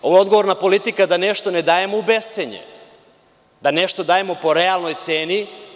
Ovo je odgovorna politika, da nešto ne dajemo u bescenje, da nešto dajemo po realnoj ceni.